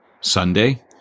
Sunday